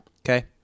Okay